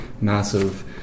massive